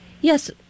Yes